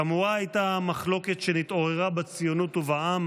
חמורה הייתה המחלוקת שנתעוררה בציונות ובעם.